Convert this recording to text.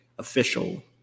official